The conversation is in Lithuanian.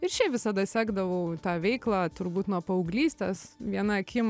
ir šiaip visada sekdavau tą veiklą turbūt nuo paauglystės viena akim